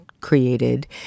created